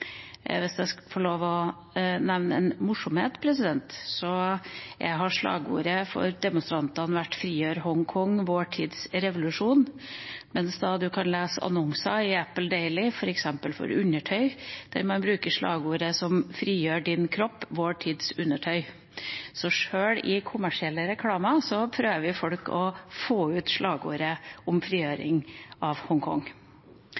Jeg vil få lov til å nevne en morsomhet. Et av slagordene til demonstrantene har vært «Frigjør Hongkong, vår tids revolusjon», mens man kan lese annonser i Apple Daily, f.eks. for undertøy, der man bruker slagordet «Frigjør din kropp, vår tids undertøy». Så sjøl i kommersielle reklamer prøver folk å få ut slagordet om frigjøring av Hongkong.